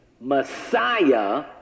Messiah